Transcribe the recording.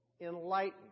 enlightened